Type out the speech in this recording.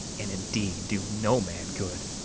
and indeed do no man good